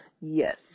Yes